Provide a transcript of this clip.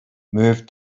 moved